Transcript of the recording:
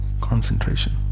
concentration